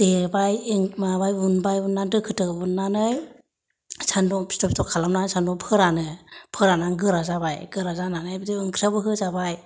देबाय माबाय उनबाय उननानै दोखो दोखो उननानै सानदुंआव फिथर फिथर खालामना सानदुंआव फोरानो फोरानना गोरा जाबाय गोरा जानानै ओंख्रिआवबो होजाबाय